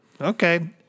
Okay